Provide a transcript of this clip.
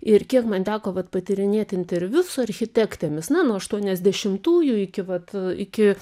ir kiek man teko vat patyrinėt interviu su architektėmis na nuo aštuoniasdešimtųjų iki vat iki